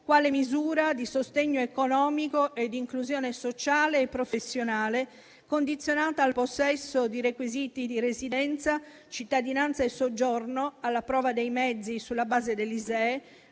quale misura di sostegno economico e di inclusione sociale e professionale condizionata al possesso di requisiti di residenza, cittadinanza e soggiorno, alla prova dei mezzi sulla base dell'ISEE,